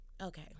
Okay